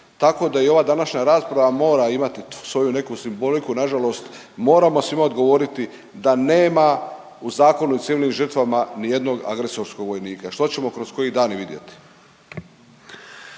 Tako da i ova današnja rasprava mora imati svoju neku simboliku, na žalost moramo svima odgovoriti da nema u zakonu i civilnim žrtvama ni jednog agresorskog vojnika što ćemo kroz koji dan i vidjeti.